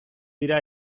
dira